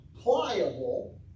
pliable